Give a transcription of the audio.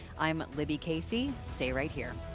i am libby casey stay right here.